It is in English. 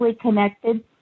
connected